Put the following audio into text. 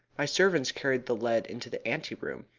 my servants carry the lead into the ante-room,